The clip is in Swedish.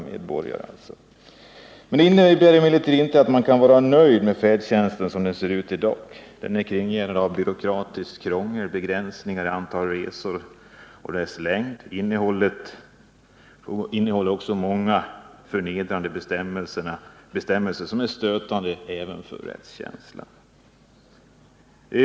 Å Detta innebär emellertid inte att man kan vara nöjd med färdtjänsten som den ser ut i dag. Den är kringgärdad av byråkratiskt krångel, t.ex. begränsningar i fråga om antalet resor och deras längd. Det finns också många förnedrande bestämmelser som är stötande även för rättskänslan.